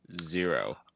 zero